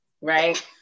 right